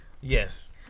Yes